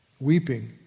weeping